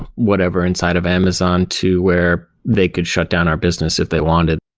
whatever inside of amazon to where they could shut down our business if they wanted.